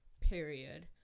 period